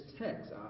text